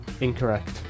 incorrect